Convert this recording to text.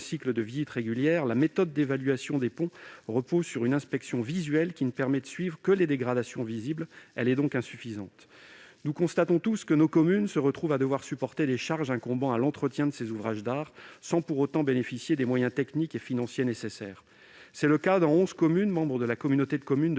cycle de visites régulières, la méthode d'évaluation des ponts repose sur une inspection visuelle, qui ne permet de suivre que les dégradations visibles. Elle est donc insuffisante. Nous constatons tous que nos communes se retrouvent à devoir supporter des charges incombant à l'entretien de ces ouvrages d'art sans pour autant bénéficier des moyens techniques et financiers nécessaires. C'est le cas dans onze communes membres de la communauté de communes de